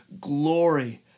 glory